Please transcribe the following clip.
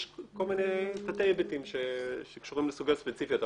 יש כל מיני תתי היבטים שקשורים לסוגיות ספציפיות,